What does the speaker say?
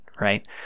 right